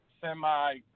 semi